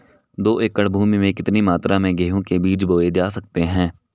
दो एकड़ भूमि में कितनी मात्रा में गेहूँ के बीज बोये जा सकते हैं?